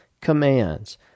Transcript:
commands